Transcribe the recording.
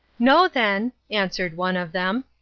know then, answered one of them,